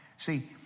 See